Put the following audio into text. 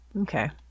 Okay